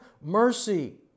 mercy